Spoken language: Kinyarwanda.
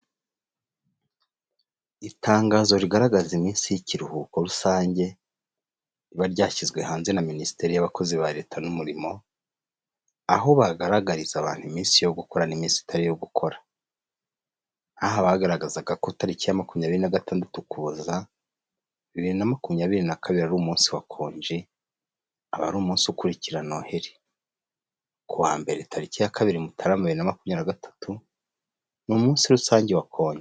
itangazo rigaragaza iminsi y'ikiruhuko rusange riba ryashyizwe hanze na Minisiteri y'abakozi ba leta n'umurimo, aho bagaragariza abantu iminsi yo gukora n'iminsi itari iyo gukora, aha bagaragaza ko tariki ya makumyabiri na gatandatu Ukuboza bibiri na makumyabiri na kabiri ari umunsi wa konje, aba ari umunsi ukurikikira Noheli, kuwa mbere tariki ya kabiri Mutarama bibiri na makumyabiri na gatatu ni' umunsinsi rusange wa konji.